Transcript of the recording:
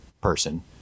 person